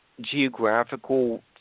geographical